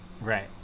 Right